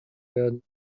werden